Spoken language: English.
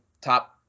top –